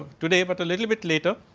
today, but a little bit later.